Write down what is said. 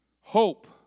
Hope